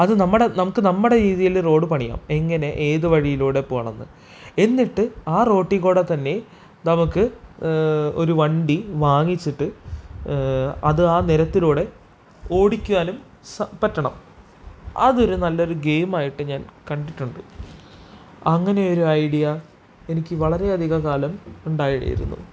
അത് നമ്മുടെ നമുക്ക് നമ്മുടെ രീതിയില് റോഡ് പണിയാം എങ്ങനെ ഏത് വഴിയിലൂടെ പോകണമെന്ന് എന്നിട്ട് ആ റോട്ടിക്കൂടെ തന്നെ നമുക്ക് ഒരു വണ്ടി വാങ്ങിച്ചിട്ട് അത് ആ നിരത്തിലൂടെ ഓടിക്കാനും പറ്റണം അതൊരു നല്ലൊരു ഗെയിമായിട്ട് ഞാൻ കണ്ടിട്ടുണ്ട് അങ്ങനെയൊരു ഐഡിയ എനിക്ക് വളരെയധിക കാലം ഉണ്ടായിരുന്നു